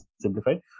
Simplified